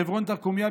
חברון-תרקומיא,